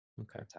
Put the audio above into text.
okay